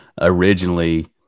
originally